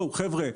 חבר'ה,